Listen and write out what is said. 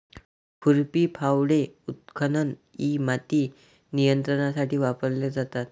खुरपी, फावडे, उत्खनन इ माती नियंत्रणासाठी वापरले जातात